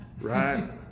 right